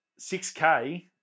6K